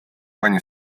pani